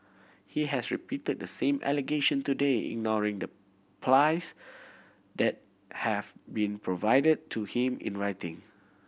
he has repeated the same allegation today ignoring the plies that have been provided to him in writing